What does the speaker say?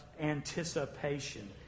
anticipation